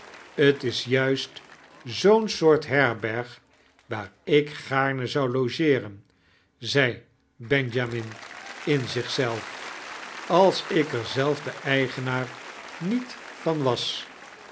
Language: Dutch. t is juist zoo'n eoort herberg waar ik gaarne zou logeeren zei benjamin in zich zelf als ik er zelf de eigenaar niet van was